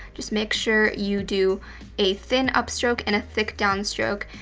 just make sure you do a thin upstroke and a thick downstroke,